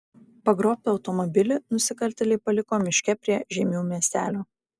pagrobtą automobilį nusikaltėliai paliko miške prie žeimių miestelio